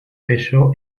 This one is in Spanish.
peso